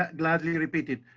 gladly repeat it.